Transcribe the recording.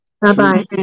Bye-bye